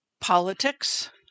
politics